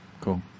Cool